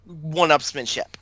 one-upsmanship